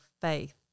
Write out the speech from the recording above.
faith